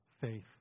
Faith